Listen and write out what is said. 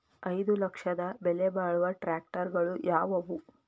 ಐದು ಲಕ್ಷದ ಬೆಲೆ ಬಾಳುವ ಟ್ರ್ಯಾಕ್ಟರಗಳು ಯಾವವು?